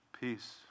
Peace